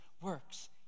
works